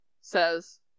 says